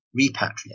repatriate